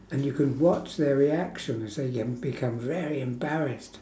and you can watch their reactions they um become very embarrassed